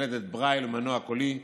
מקלדת ברייל ומנוע קולי,